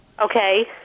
Okay